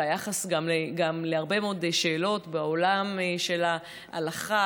וגם על היחס להרבה מאוד שאלות בעולם של ההלכה